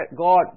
God